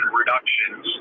reductions